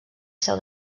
seu